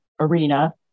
arena